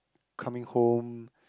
coming home